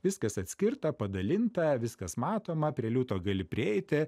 viskas atskirta padalinta viskas matoma prie liūto gali prieiti